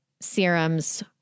serums